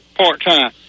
part-time